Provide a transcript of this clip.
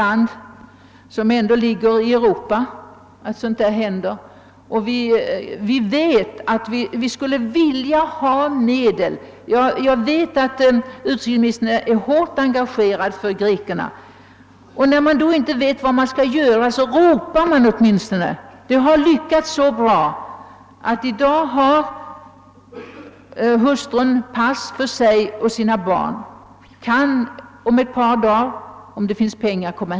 Det är upprörande att sådant kan hända i ett land som ändå ligger i Europa, och vi skulle vilja ha medel för att förhindra det. Jag vet att utrikesministern är hårt engagerad för grekerna. Men när man inte är på det klara med vad man skall göra ropar man åtminstone, och det har i detta fall lyckats så bra att hustrun i dag har pass för sig och sina barn. Hon kan komma hit om ett par dagar, ifall det finns pengar.